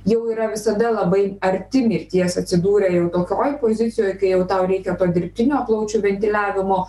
jau yra visada labai arti mirties atsidūrę tokioj pozicijoj kai jau tau reikia to dirbtinio plaučių ventiliavimo